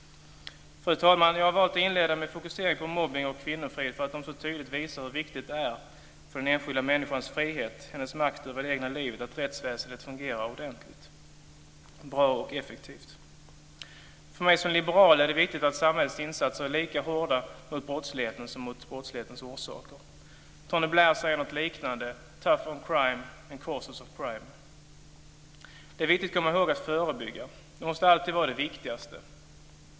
Fru talman! Jag har valt att inleda med en fokusering på mobbning och kvinnofrid därför att dessa saker så tydligt visar hur viktigt det är för den enskilda människans frihet, för hennes makt över det egna livet, att rättsväsendet fungerar ordentligt, bra och effektivt. För mig som liberal är det viktigt att samhällets insatser är lika hårda mot brottsligheten som mot brottslighetens orsaker. Tony Blair säger något liknande: "Tough on crime and causes of crime." Det är viktigt att komma ihåg att förebygga. Det måste alltid vara det viktigaste.